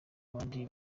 abandi